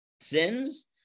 sins